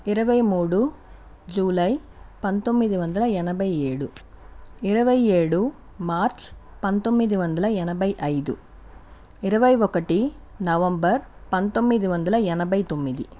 ఇరువై మూడు జూలై పందొమ్మిది వందల ఎనభై ఏడు ఇరవై ఏడు మార్చ్ పంతొమ్మిది వందల ఎనభై ఐదు ఇరవై ఒకటి నవంబర్ పందొమ్మిది వందల ఎనభై తొమ్మిది